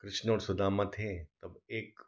कृष्ण और सुदामा थे तो एक